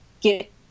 get